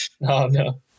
no